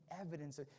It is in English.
evidence